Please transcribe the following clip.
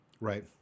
Right